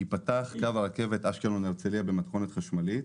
ייפתח קו הרכבת אשקלון הרצלייה במתכונת חשמלית,